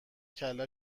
کله